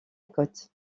côte